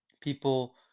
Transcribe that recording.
people